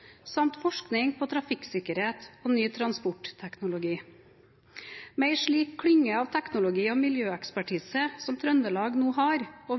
samt forskning på trafikksikkerhet og ny transportteknologi. Med en slik klynge av teknologi- og miljøekspertise som Trøndelag nå har og